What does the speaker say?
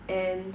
and